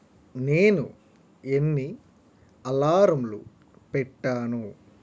నేను ఎన్ని అలారంలు పెట్టాను